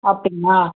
அப்படிங்களா